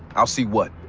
i'll see what.